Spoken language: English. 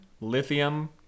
lithium